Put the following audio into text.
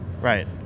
Right